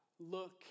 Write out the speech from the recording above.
Look